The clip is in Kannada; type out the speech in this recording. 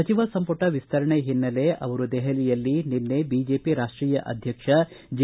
ಸಚಿವ ಸಂಪುಟ ವಿಸ್ತರಣೆ ಹಿನ್ನೆಲೆ ಅವರು ದೆಹಲಿಯಲ್ಲಿ ನಿನ್ನೆ ಬಿಜೆಪಿ ರಾಷ್ಟೀಯ ಅಧ್ಯಕ್ಷ ಜೆ